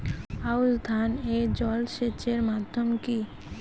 আউশ ধান এ জলসেচের মাধ্যম কি?